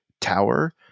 Tower